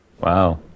Wow